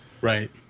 Right